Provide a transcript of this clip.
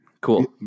cool